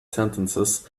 sentences